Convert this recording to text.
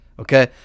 okay